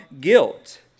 guilt